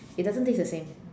it doesn't taste the same